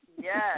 Yes